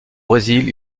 brésil